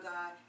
God